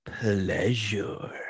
Pleasure